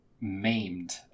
maimed